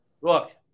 Look